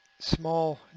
small